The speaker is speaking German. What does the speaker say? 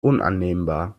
unannehmbar